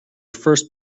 first